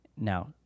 Now